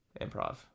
Improv